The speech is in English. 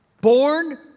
Born